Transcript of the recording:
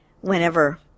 whenever